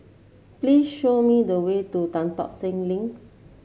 please show me the way to Tan Tock Seng Link